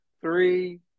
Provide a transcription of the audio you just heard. three